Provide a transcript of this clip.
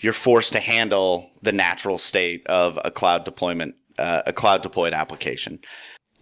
you're forced to handle the natural state of a cloud a cloud deployed application